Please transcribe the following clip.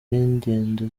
n’ingendo